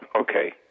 okay